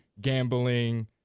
gambling